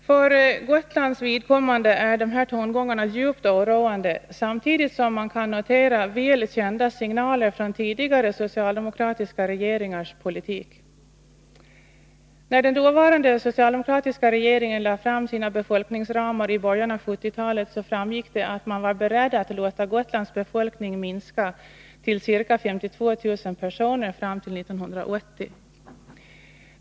För Gotlands vidkommande är dessa tongångar djupt oroande, samtidigt som man kan notera väl kända signaler från tidigare socialdemokratiska regeringars politik. När den dåvarande socialdemokratiska regeringen lade fram sina befolkningsramar i början av 1970-talet, framgick det att man var beredd att låta Gotlands befolkning minska till ca 52 000 personer fram till 1980.